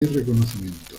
reconocimientos